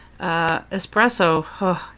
espresso